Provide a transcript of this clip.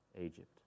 Egypt